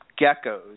geckos